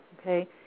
okay